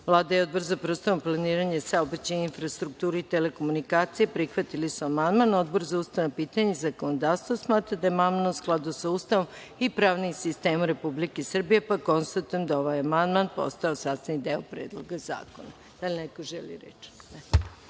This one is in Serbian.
i Odbor za prostorno planiranje, saobraćaj, infrastrukturu i telekomunikacije prihvatili su amandman. Odbor za ustavna pitanja i zakonodavstvo smatra da je amandman u skladu sa Ustavom i pravnim sistemom Republike Srbije. Konstatujem da je ovaj amandman postao sastavni deo Predloga zakona. Da li neko želi reč?